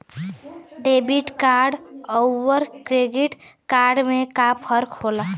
Debit card अउर credit card में का फर्क होला?